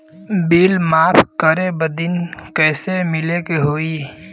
Bill माफ करे बदी कैसे मिले के होई?